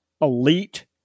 elite